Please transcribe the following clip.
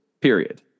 period